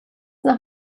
nach